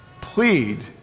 plead